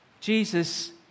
Jesus